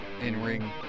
in-ring